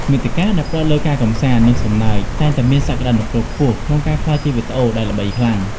មាតិកាដែលផ្ដោតលើការកម្សាន្ត និងសំណើច តែងតែមានសក្តានុពលខ្ពស់ក្នុងការក្លាយជាវីដេអូដែលល្បីខ្លាំង។